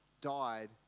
died